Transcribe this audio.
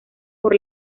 por